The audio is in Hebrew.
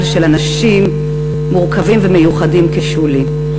של אנשים מורכבים ומיוחדים כשולי.